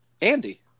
Andy